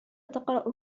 تقرأ